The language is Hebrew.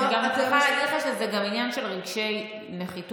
אני רוצה להגיד לך שזה גם עניין של רגשי נחיתות.